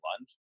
lunge